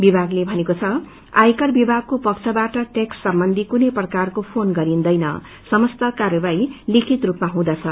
विमागले भनेको छ आयकर विमागको पक्षाबाट टैक्स सम्बन्धी कुनै प्रकारको फोन गरिन्दैन समस्त कार्यवाही लिखित रूपमा हुदँछ